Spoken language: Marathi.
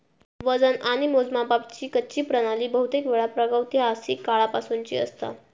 वजन आणि मोजमापाची कच्ची प्रणाली बहुतेकवेळा प्रागैतिहासिक काळापासूनची असता